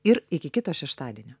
ir iki kito šeštadienio